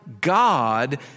God